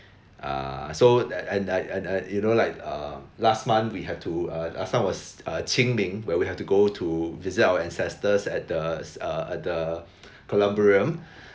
uh so and and and and you know like um last month we have to uh last time was uh ching ming where we have to go to visit our ancestors at the uh at the columbarium